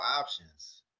options